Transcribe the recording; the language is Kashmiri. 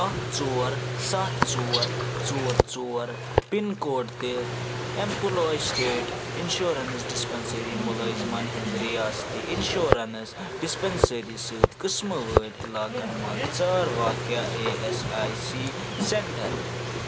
اَکھ ژور سَتھ ژور ژور ژور پِن کوڈ تہِ اٮ۪مپُلاے سِٹیٹ اِنشورَنس ڈِسپیٚنٛسٕری مُلٲزمَن ۂنٛدِ رِیاستی اِنشورَنٕس ڈِسپیٚنٛسٕری سۭتۍ قٕسمہٕ وٲلۍ علاقن مَنٛز ژھار واقع E S I C centre